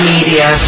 Media